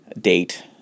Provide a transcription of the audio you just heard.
date